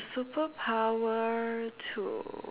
superpower to